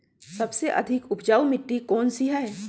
सबसे अधिक उपजाऊ मिट्टी कौन सी हैं?